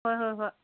ꯍꯣꯏ ꯍꯣꯏ ꯍꯣꯏ